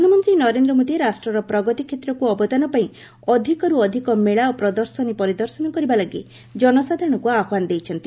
ପ୍ରଧାନମନ୍ତ୍ରୀ ନରେନ୍ଦ୍ର ମୋଦୀ ରାଷ୍ଟ୍ରର ପ୍ରଗତି କ୍ଷେତ୍ରକୁ ଅବଦାନ ପାଇଁ ଅଧିକରୁ ଅଧିକ ମେଳା ଓ ପ୍ରଦର୍ଶନୀ ପରିଦର୍ଶନ କରିବା ଲାଗି ଜନସାଧାରଣଙ୍କୁ ଆହ୍ୱାନ ଦେଇଛନ୍ତି